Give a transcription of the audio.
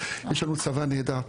יש לנו צבא נהדר.